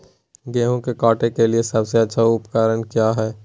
गेहूं के काटे के लिए सबसे अच्छा उकरन की है?